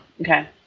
Okay